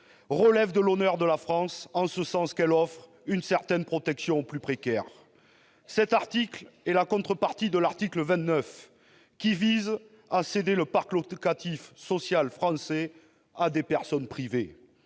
relève de l'honneur de la France, en ce sens qu'elle offre une certaine protection aux plus précaires. Cet article est la contrepartie de l'article 29, qui vise à céder le parc locatif social français à des personnes privées.